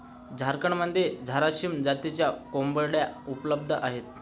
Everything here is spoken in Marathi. झारखंडमध्ये झारसीम जातीच्या कोंबड्या उपलब्ध आहेत